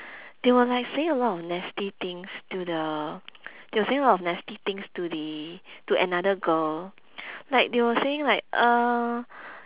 they were like saying a lot of nasty things to the they were saying a lot of nasty things to the to another girl like they were saying like uh